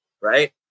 right